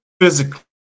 physically